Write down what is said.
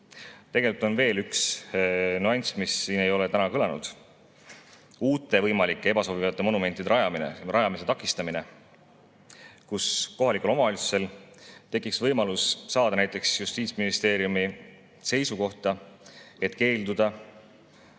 eemaldada. Tegelikult on veel üks nüanss, mis siin ei ole täna kõlanud: uute võimalike ebasobivate monumentide rajamise takistamine, kus kohalikel omavalitsustel tekiks võimalus saada näiteks Justiitsministeeriumi seisukohta, et keelduda